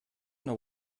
know